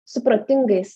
su protingais